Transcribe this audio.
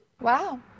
Wow